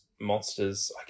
Monsters